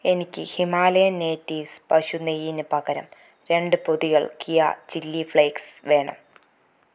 എനിക്ക് ഹിമാലയൻ നേറ്റിവ്സ് പശു നെയ്യിന് പകരം രണ്ട് പൊതികൾ കിയാ ചില്ലി ഫ്ലേക്സ് വേണം